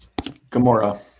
Gamora